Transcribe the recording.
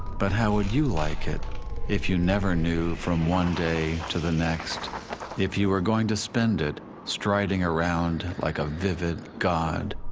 but how would you like it if you never knew from one day to the next if you were going to spend it striding around like a vivid god,